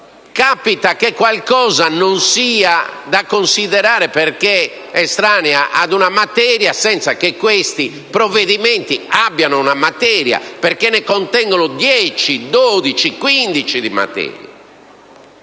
capita che qualcosa non sia da considerare perché estranea ad una materia senza che questi provvedimenti abbiano ad oggetto una materia, giacché ne contengano 10, 12, 15 di materie.